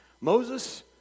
Moses